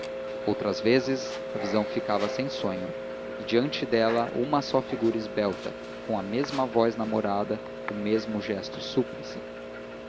outras vezes a visão ficava sem o sonho e diante dela uma só figura esbelta com a mesma voz namorada o mesmo gesto súplice